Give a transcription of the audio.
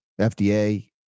FDA